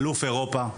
אלוף אירופה.